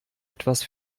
etwas